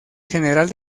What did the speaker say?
general